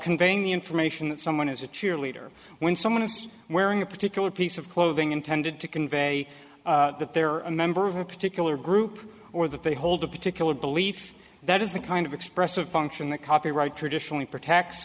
conveying the information that someone is a cheerleader when someone is wearing a particular piece of clothing intended to convey that there are a member of a particular group or that they hold a particular belief that is the kind of expressive function that copyright traditionally protects